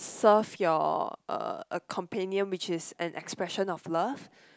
serve your uh a companion which is an expression of love